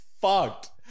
fucked